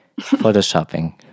photoshopping